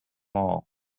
all